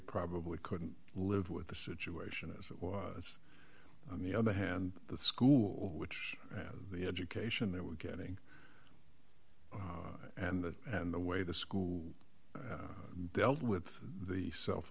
probably couldn't live with the situation as it was on the other hand the school which and the education they were getting and that and the way the school dealt with the self